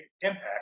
impact